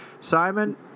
Simon